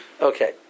Okay